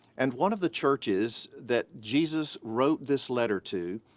and one of the churches that jesus wrote this letter to,